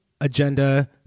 agenda